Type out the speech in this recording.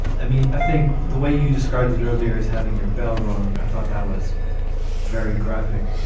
i mean i think the way you described it earlier is having your bell rung. i thought that was very graphic.